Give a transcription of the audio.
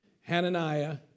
Hananiah